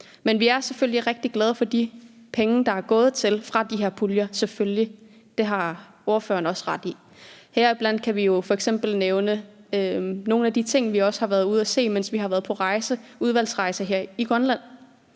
Men vi er selvfølgelig rigtig glade for de penge, der er kommet fra de her puljer – selvfølgelig. Det har ordføreren også ret i. Heriblandt kan vi f.eks. nævne nogle af de ting, vi også har været ude at se, mens vi har været på udvalgsrejse i Grønland.